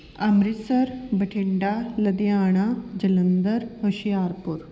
Amritsar Bathinda Ludhiana Jalandhar Hoshiarpur